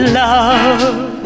love